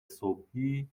صبحی